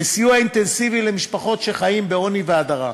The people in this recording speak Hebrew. לסיוע אינטנסיבי למשפחות שחיות בעוני והדרה.